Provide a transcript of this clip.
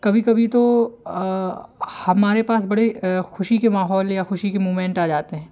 कभी कभी तो हमारे पास बड़े ख़ुशी के माहौल या ख़ुशी के मूमेंट आ जाते हैं